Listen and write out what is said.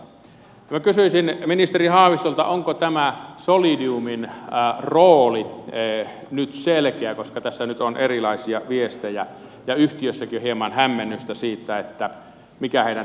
minä kysyisin ministeri haavistolta onko tämä solidiumin rooli nyt selkeä koska tässä nyt on erilaisia viestejä ja yhtiössäkin hieman hämmennystä siitä mikä heidän tehtävänsä on